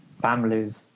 families